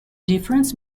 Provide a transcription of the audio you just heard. difference